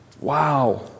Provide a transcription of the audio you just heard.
Wow